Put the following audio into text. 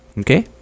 okay